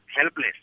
helpless